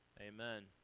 Amen